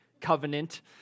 covenant